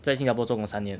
在新加坡做工三年